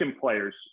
players